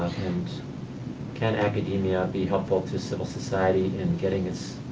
and can academia be helpful to civil society in getting its